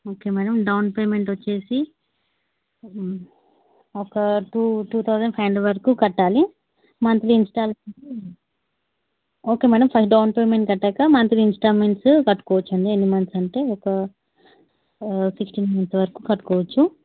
okay madam down payment వచ్చేసి ఒక two two thousand five hundred వరకు కట్టాలి monthly okay madam down payment కట్టాక మంత్లీ ఇన్స్టాల్మెంట్స్ కట్టుకోవచ్చు అండి ఎన్ని మంత్స్ అంటే ఒక సిక్స్టీన్ మంత్స్ వరకు కట్టుకోవచ్చు